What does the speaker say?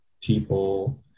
people